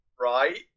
right